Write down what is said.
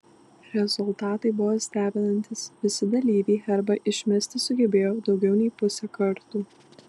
rezultatai buvo stebinantys visi dalyviai herbą išmesti sugebėjo daugiau nei pusę kartų